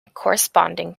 corresponding